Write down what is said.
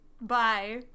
Bye